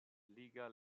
liga